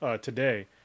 today